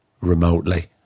remotely